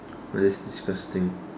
oh that's disgusting